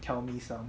tell me some